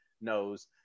knows